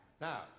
Now